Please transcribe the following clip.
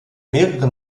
mehrere